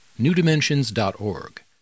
newdimensions.org